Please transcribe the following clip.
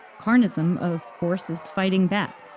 carnism, of course, is fighting back,